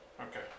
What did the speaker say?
Okay